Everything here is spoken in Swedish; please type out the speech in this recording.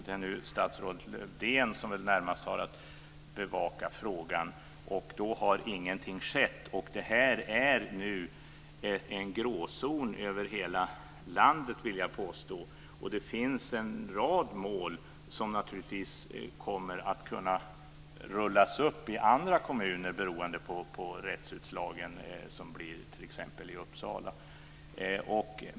Det är nu statsrådet Lövdén som väl närmast har att bevaka frågan, och ingenting har skett. Det här är nu en gråzon över hela landet, vill jag påstå. Det finns en rad mål som naturligtvis kommer att rullas upp i andra kommuner beroende på rättsutslagen i t.ex. Uppsala.